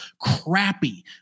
crappy